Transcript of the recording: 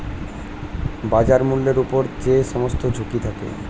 বাজার মূল্যের উপর যে সমস্ত ঝুঁকি থাকে